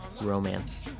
romance